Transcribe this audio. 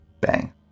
Bang